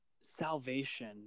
salvation